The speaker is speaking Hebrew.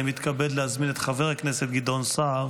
אני מתכבד להזמין את חבר הכנסת גדעון סער